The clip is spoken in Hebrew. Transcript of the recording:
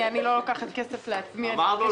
צריך לעשות